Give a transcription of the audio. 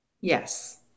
Yes